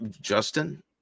Justin